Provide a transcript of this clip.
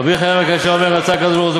רבי חנניה בן עקשיא אומר: רצה הקדוש-ברוך-הוא